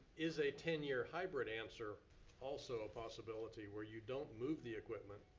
is a ten year hybrid answer also a possibility, where you don't move the equipment,